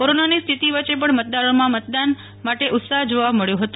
કોરોનાની સ્થિતિ વચ્ચે પણ મતદારોમાં મતદાન માટે ઉત્સાહ જોવા મળ્યો હતો